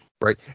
right